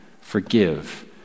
forgive